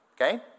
okay